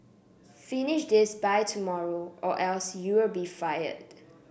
finish this by tomorrow or else you'll be fired